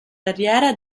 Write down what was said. carriera